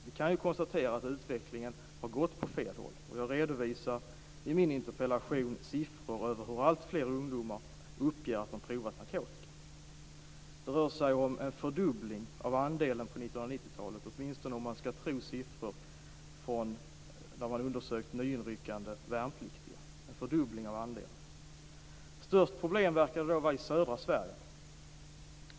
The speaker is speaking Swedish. Vi kan konstatera att utvecklingen har gått åt fel håll. I min interpellation redovisar jag siffror över hur alltfler ungdomar uppger att de provat narkotika. Det rör sig om en fördubbling av andelen under 1990-talet, åtminstone om man skall tro siffror från undersökningar av nyinryckande värnpliktiga. Problemen verkar vara störst i södra Sverige.